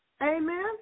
Amen